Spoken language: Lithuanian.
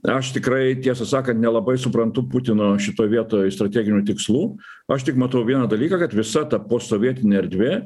aš tikrai tiesą sakant nelabai suprantu putino šitoj vietoj strateginių tikslų aš tik matau vieną dalyką kad visa ta posovietinė erdvė